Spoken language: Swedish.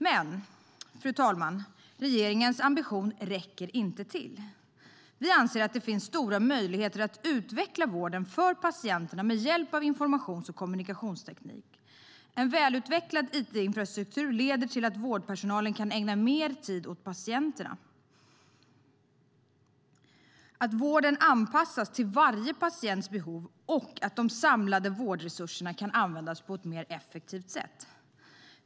Men, fru talman, regeringens ambition räcker inte till. Vi anser att det finns stora möjligheter att utveckla vården för patienterna med hjälp av informations och kommunikationsteknik. En välutvecklad it-infrastruktur leder till att vårdpersonalen kan ägna mer tid åt patienterna, att vården anpassas till varje patients behov och att de samlade vårdresurserna kan användas på ett mer effektivt sätt.